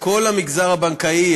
כל המגזר הבנקאי,